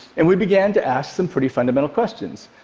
and we began to ask some pretty fundamental questions.